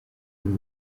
gihe